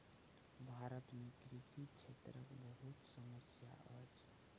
भारत में कृषि क्षेत्रक बहुत समस्या अछि